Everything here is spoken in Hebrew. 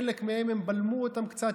חלק מהן הם בלמו קצת.